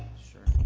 sure.